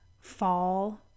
fall